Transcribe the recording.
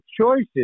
choices